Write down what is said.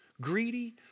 greedy